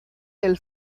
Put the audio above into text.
del